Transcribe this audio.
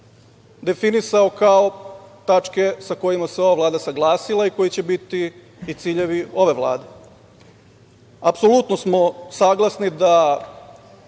definisao kao tačke sa kojima se ova Vlada saglasila i koji će biti i ciljevi ove Vlade. Apsolutno smo saglasni da